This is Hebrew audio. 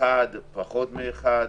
1 או פחות מ-1.